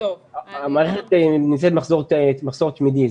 המערכת נמצאת במחסור תמידי,